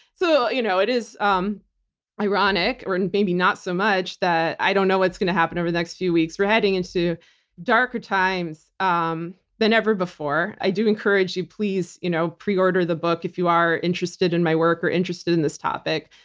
so you know it is um ironic or maybe not so much that i don't know what's going to happen over the next few weeks. we're heading into darker times um than ever before. i do encourage you please you know pre-order the book if you are interested in my work or interested in this topic.